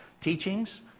teachings